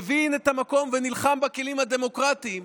מבין את המקום ונלחם בכלים הדמוקרטיים,